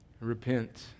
Repent